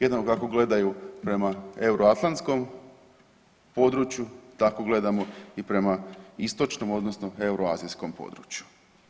Jednom kako gledaju prema euroatlanskom području tako gledamo i prema istočnom odnosno euroazijskom području.